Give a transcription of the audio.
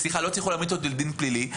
לדין פלילי,